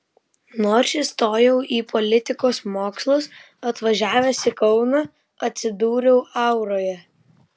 nors įstojau į politikos mokslus atvažiavęs į kauną atsidūriau auroje